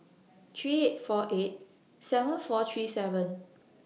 three eight four eight seven four three seven